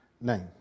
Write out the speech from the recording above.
name